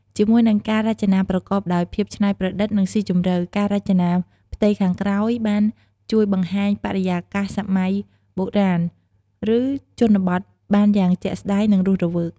ជាមួយនឹងការរចនាប្រកបដោយ ភាពច្នៃប្រឌិត និងស៊ីជម្រៅ ការរចនាផ្ទៃខាងក្រោយបាន ជួយបង្ហាញបរិយាកាសសម័យបុរាណ ឬជនបទបានយ៉ាងជាក់ស្តែង និងរស់រវើក។